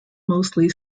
mostly